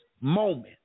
moment